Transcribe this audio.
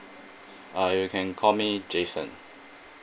uh you can call me jason